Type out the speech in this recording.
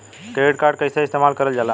Credit card कईसे इस्तेमाल करल जाला?